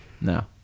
No